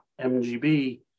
MGB